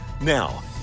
Now